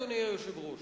אדוני היושב-ראש,